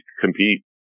compete